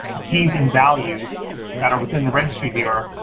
keys and values that are within the registry here,